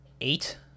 eight